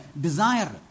desire